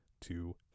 two